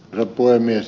arvoisa puhemies